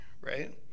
right